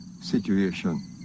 situation